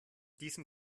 diesem